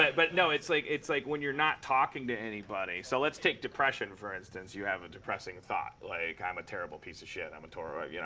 but no it's like it's like, when you're not talking to anybody. so let's take depression, for instance. you have a depressing thought. like, i'm a terrible piece of shit. i'm a total but you